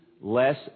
less